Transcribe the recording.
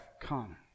come